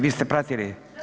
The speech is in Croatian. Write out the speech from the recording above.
Vi ste pratili?